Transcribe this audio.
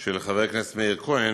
של חבר הכנסת מאיר כהן,